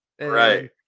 Right